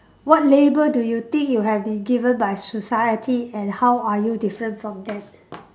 what label do you think you have been given by society and how are you different from them